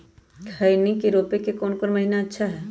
खैनी के रोप के कौन महीना अच्छा है?